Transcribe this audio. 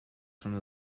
from